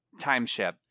timeship